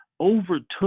overtook